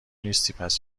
نیستی٬پس